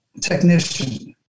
technician